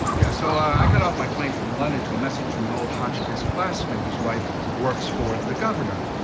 yeah, so i got off my plane from london to a message from an old hotchkiss classmate, whose wife works for the governor